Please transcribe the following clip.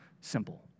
simple